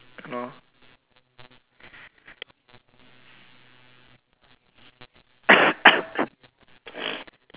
no